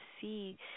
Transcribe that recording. see